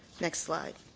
next slide.